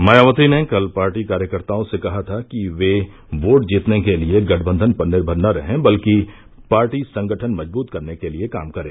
मायावती ने कल पार्टी कार्यकर्ताओं से कहा था कि वे वोट जीतने के लिए गठबंधन पर निर्भर न रहे बल्कि पार्टी संगठन मजबूत करने के लिए काम करें